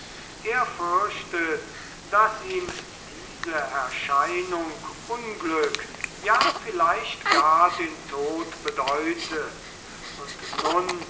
er fürchtet daß ihm diese erscheinung unglück ja vielleicht gar den tod bedeute und nun